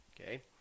okay